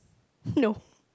no